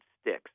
sticks